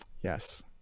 yes